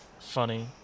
funny